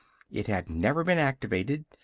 it had never been activated.